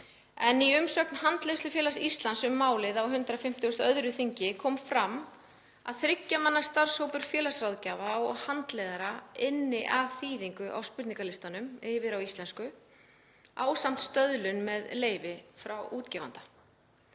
Í umsögn Handleiðslufélags Íslands um málið frá 152. þingi kom fram að þriggja manna starfshópur félagsráðgjafa og handleiðara ynni að þýðingu á spurningalistanum yfir á íslensku ásamt stöðlun með leyfi frá útgefanda.